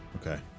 Okay